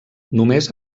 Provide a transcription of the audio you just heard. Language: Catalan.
només